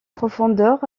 profondeur